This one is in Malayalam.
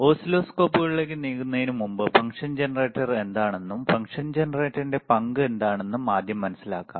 ഓസിലോസ്കോപ്പുകളിലേക്ക് നീങ്ങുന്നതിനുമുമ്പ് ഫംഗ്ഷൻ ജനറേറ്റർ എന്താണെന്നും ഫംഗ്ഷൻ ജനറേറ്ററിന്റെ പങ്ക് എന്താണെന്നും ആദ്യം മനസിലാക്കാം